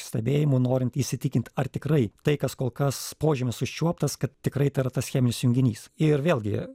stebėjimų norint įsitikint ar tikrai tai kas kol kas požymis užčiuoptas kad tikrai tai yra tas cheminis junginys ir vėlgi